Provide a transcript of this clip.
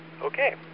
Okay